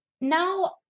Now